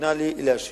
שניתנה לי להשיב,